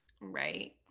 Right